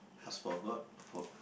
ask for god for